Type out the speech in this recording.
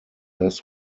less